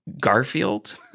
Garfield